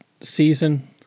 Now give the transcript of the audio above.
season